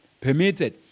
permitted